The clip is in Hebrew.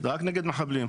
זה רק נגד מחבלים.